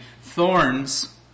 thorns